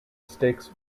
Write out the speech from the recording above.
sticks